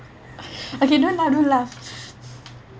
okay don't laugh don't laugh